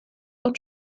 und